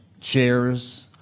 chairs